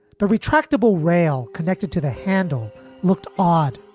the retractable rail connected to the handle looked odd,